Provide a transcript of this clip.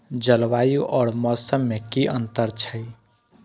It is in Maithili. जलवायु और मौसम में कि अंतर छै?